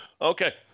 okay